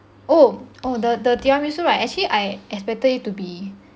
oh the the tiramisu right actually I expected it to be